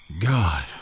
God